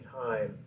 time